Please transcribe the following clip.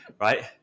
right